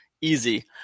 easy